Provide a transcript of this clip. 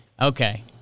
Okay